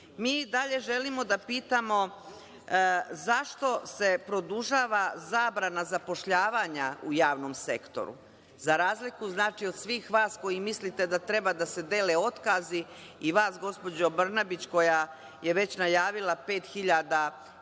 dalje želimo da pitamo zašto se produžava zabrana zapošljavanja u javnom sektoru? Za razliku od svih vas koji mislite da treba da se dele otkazi, i vas gospođo Brnabić, koja je već najavila 5.000 ljudi